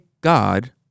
God